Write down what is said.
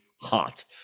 hot